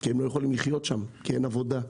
כי הם לא יכולים לחיות שם כי אין עבודה.